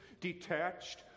detached